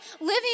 living